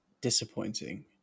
disappointing